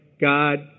God